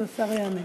אז השר יענה.